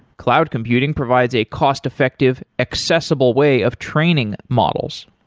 cloud computing provides a cost-effective, accessible way of training models.